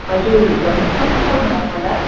हजुर भन्नुहोस् न को बोल्नुभएको होला